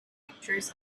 pictures